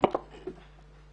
כל החוק.